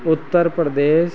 Uttar Pradesh